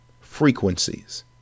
frequencies